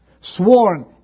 sworn